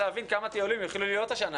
אבל אני רוצה להבין כמה טיולים יכולים להיות השנה